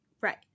Right